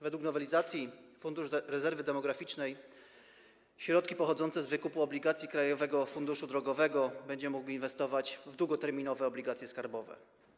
Według nowelizacji Fundusz Rezerwy Demograficznej środki pochodzące z wykupu obligacji Krajowego Funduszu Drogowego będzie mógł inwestować w długoterminowe obligacje skarbowe.